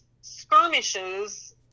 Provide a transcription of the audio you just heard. skirmishes